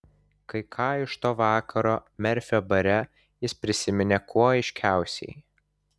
kai ką iš to vakaro merfio bare jis prisiminė kuo aiškiausiai